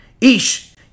Ish